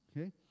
Okay